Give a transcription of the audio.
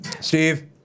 Steve